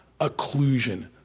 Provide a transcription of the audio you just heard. occlusion